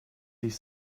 sich